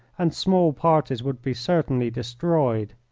and small parties would be certainly destroyed.